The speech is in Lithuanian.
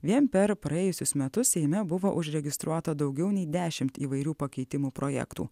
vien per praėjusius metus seime buvo užregistruota daugiau nei dešimt įvairių pakeitimų projektų